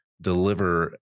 deliver